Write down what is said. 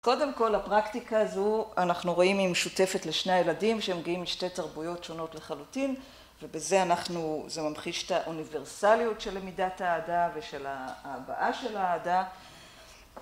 קודם כל הפרקטיקה הזו אנחנו רואים היא משותפת לשני הילדים שהם מגיעים משתי תרבויות שונות לחלוטין ובזה אנחנו זה ממחיש את האוניברסליות של למידת האהדה ושל ההבאה של ההדה